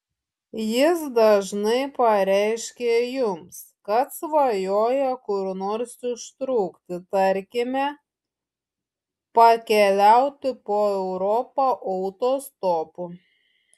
jis dažnai pareiškia jums kad svajoja kur nors ištrūkti tarkime pakeliauti po europą autostopu